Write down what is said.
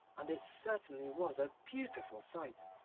and it certainly was a beautiful sight.